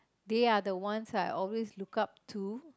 they are the ones I always look up to